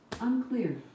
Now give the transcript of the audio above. unclear